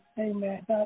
Amen